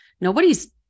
nobody's